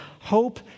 hope